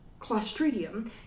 clostridium